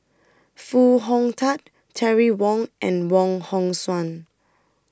Foo Hong Tatt Terry Wong and Wong Hong Suen